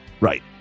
right